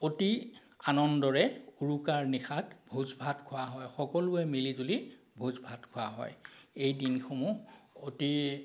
অতি আনন্দৰে উৰুকাৰ নিশাত ভোজ ভাত খোৱা হয় সকলোৱে মিলিজুলি ভোজ ভাত খোৱা হয় এই দিনসমূহ অতি